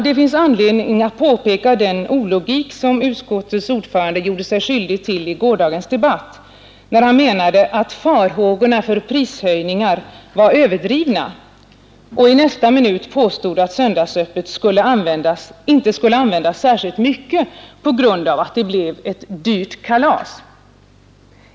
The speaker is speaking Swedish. Det finns anledning att påpeka den ologik som utskottets ordförande gjorde sig skyldig till i gårdagens debatt, när han menade att farhågorna för prishöjningar var överdrivna och i nästa minut påstod att söndagsöppet inte skulle användas särskilt mycket på grund av att det blev ett ”dyrt kalas”.